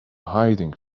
hiding